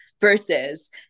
versus